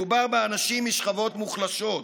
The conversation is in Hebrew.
מדובר באנשים משכבות מוחלשות,